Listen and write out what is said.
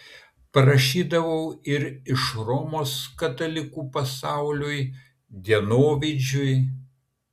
parašydavau ir iš romos katalikų pasauliui dienovidžiui